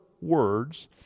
words